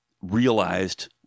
realized